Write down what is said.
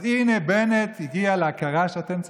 אז הינה, בנט הגיע להכרה שאתם צודקים,